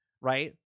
right